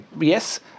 Yes